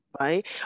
right